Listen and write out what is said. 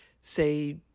say